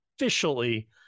officially